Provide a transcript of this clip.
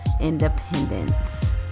independence